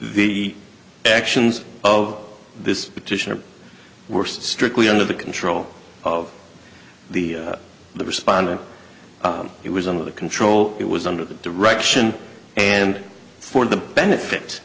the actions of this petitioner were strictly under the control of the the respondent it was under the control it was under the direction and for the benefit